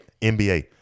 NBA